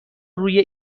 روی